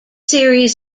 series